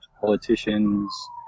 politicians